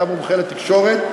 אתה מומחה לתקשורת,